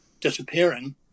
disappearing